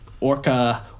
Orca